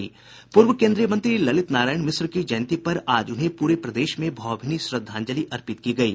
पूर्व केन्द्रीय मंत्री ललित नारायण मिश्र की जयंती पर आज उन्हें पूरे प्रदेश में भावभीनी श्रद्धांजलि अर्पित की गयी